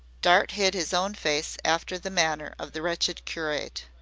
dart hid his own face after the manner of the wretched curate.